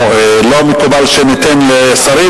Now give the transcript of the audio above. לא מקובל שניתן לשרים,